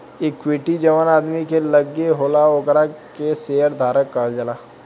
equity जवन आदमी के लगे होला ओकरा के शेयर धारक कहल जाला